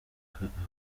ahoberana